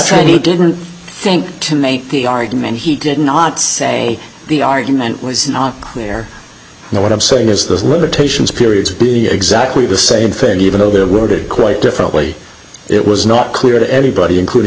he didn't think to make the argument he did not say the argument was not clear you know what i'm saying is those limitations periods be exactly the same thing even though they're worded quite differently it was not clear to anybody including